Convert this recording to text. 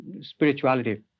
spirituality